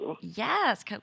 yes